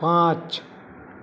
પાંચ